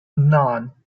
nine